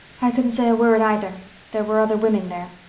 i couldn't say a word either there were other women there.